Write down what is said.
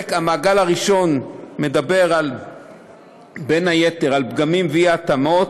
המעגל הראשון מדבר בין היתר על פגמים ואי-התאמות.